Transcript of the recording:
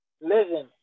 Listen